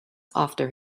after